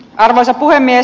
arvoisa puhemies